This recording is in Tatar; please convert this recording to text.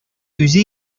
үзе